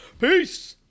peace